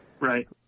right